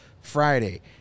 Friday